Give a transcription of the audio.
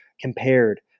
compared